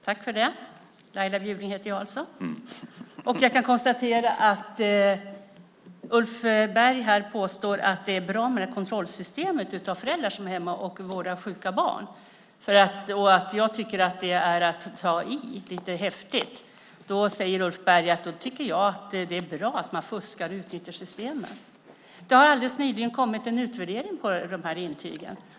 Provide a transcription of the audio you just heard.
Herr talman! Ulf Berg påstår att det är bra med systemet för kontroll av föräldrar som är hemma och vårdar sjuka barn. När jag säger att jag tycker att det är att ta i lite väl häftigt påstår Ulf Berg att jag tycker att det är bra att man fuskar och utnyttjar systemet. Det har alldeles nyss kommit en utvärdering om de här intygen.